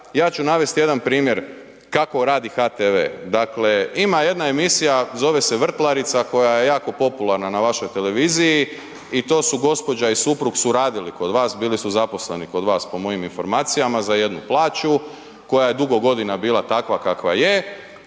ja ću navesti jedan primjer kako radi HTV. Dakle, ima jedna emisija, zove se „Vrtlarica“ koja je jako popularna na vašoj televiziji i to su gospođa i suprug su radili kod vas, bili su zaposleni kod vas po mojim informacijama za jednu plaću koja je dugo godina bila takva kakva je,